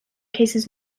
cases